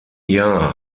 jahr